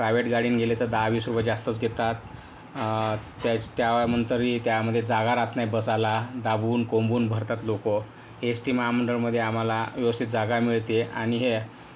private गाडीनं गेले तर दहा वीस रुपये जास्तच घेतात त्या त्यानंतरही त्यामध्ये जागा राहत नाही बसायला दाबून कोंबून भरतात लोक एस टी महामंडळमध्ये आम्हाला व्यवस्थित जागा मिळते आहे हे